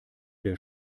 der